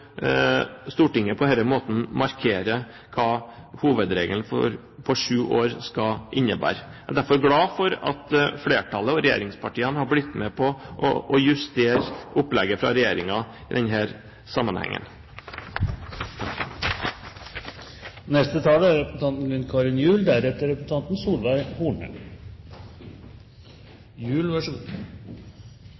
Stortinget på denne måten markerer hva hovedregelen om sju år skal innebære. Jeg er derfor glad for at flertallet, med regjeringspartiene, har blitt med på å justere opplegget fra regjeringen i denne sammenhengen.